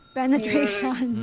penetration